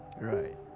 right